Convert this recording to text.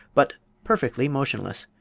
but perfectly motionless.